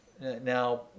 Now